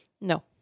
No